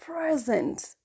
present